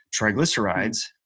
triglycerides